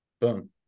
Boom